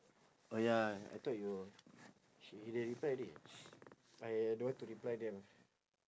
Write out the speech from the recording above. oh ya I thought you they they reply already I don't want to reply them